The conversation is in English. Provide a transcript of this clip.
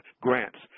grants